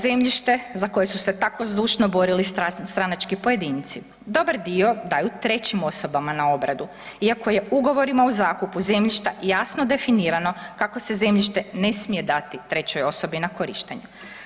Zemljište za koje su se tako zdušno borili stranački pojedinci dobar dio daju trećim osobama na obradu, iako je ugovorima o zakupu zemljišta jasno definirano kako se zemljište ne smije dati trećoj osobi na korištenje.